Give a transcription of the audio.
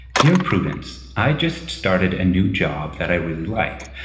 dear prudence, i just started a new job that i really like.